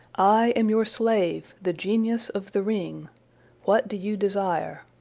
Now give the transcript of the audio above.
i am your slave, the genius of the ring what do you desire?